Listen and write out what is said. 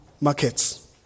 markets